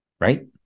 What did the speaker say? Right